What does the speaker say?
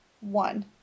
one